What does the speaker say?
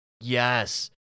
Yes